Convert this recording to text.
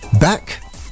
back